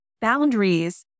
boundaries